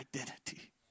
identity